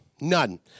None